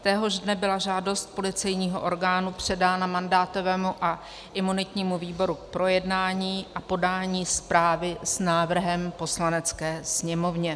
Téhož dne byla žádost policejního orgánu předána mandátovému a imunitnímu výboru k projednání a podání zprávy s návrhem Poslanecké sněmovně.